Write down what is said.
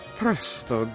presto